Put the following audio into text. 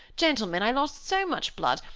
gentlemen, i lost so much blood,